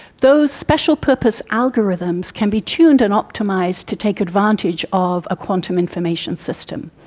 those special-purpose algorithms can be tuned and optimised to take advantage of a quantum information system.